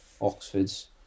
Oxford's